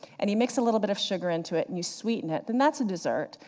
and you mix a little bit of sugar into it, and you sweeten it, then that's a desert,